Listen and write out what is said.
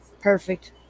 Perfect